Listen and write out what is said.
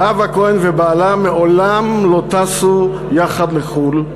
זהבה כהן ובעלה מעולם לא טסו יחד לחו"ל.